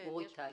אורי טל.